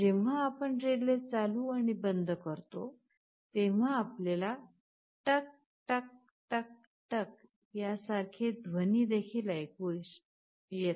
जेव्हा आपण रिले चालू आणि बंद करतो तेव्हा आपल्याला टक टक टक टक यासारखे ध्वनी देखील ऐकू शकता